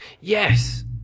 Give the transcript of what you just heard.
Yes